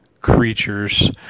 creatures